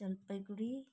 Jalpaiguri